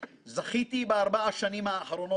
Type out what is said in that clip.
בעלת ידע נרחב ומחשבה ייחודית